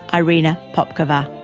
irina papkova.